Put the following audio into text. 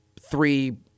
three